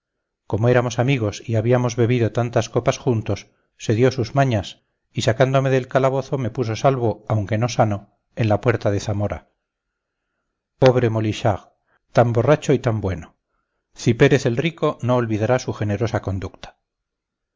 como éramos amigos y habíamos bebido tantas copas juntos se dio sus mañas y sacándome del calabozo me puso salvo aunque no sano en la puerta de zamora pobre molichard tan borracho y tan bueno cipérez el rico no olvidará su generosa conducta